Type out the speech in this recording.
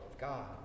God